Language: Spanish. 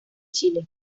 chile